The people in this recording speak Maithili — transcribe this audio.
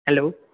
हैलो